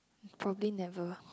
probably never